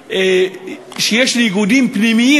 בתוכה ניגודים פנימיים.